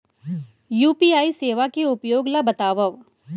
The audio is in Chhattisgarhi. यू.पी.आई सेवा के उपयोग ल बतावव?